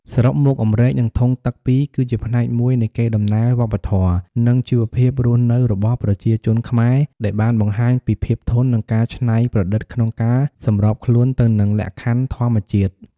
សរុបមក អម្រែក និងធុងទឹកពីរ គឺជាផ្នែកមួយនៃកេរដំណែលវប្បធម៌ និងជីវភាពរស់នៅរបស់ប្រជាជនខ្មែរ ដែលបានបង្ហាញពីភាពធន់ និងការច្នៃប្រឌិតក្នុងការសម្របខ្លួនទៅនឹងលក្ខខណ្ឌធម្មជាតិ។